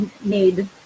made